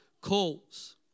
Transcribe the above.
calls